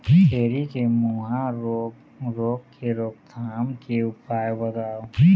छेरी के मुहा रोग रोग के रोकथाम के उपाय बताव?